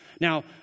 Now